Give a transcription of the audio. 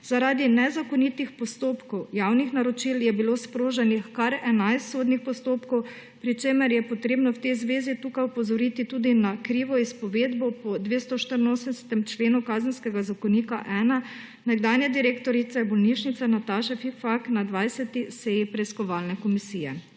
Zaradi nezakonitih postopkov javnih naročil je bilo sproženih kar 11 sodnih postopkov, pri čemer je potrebno v tej zvezi tukaj opozoriti tudi na krivo izpovedbo po 284. členu Kazenskega zakonika-1 nekdanje direktorice bolnišnice Nataše Fikfak na 20. seji preiskovalne komisije.